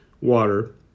water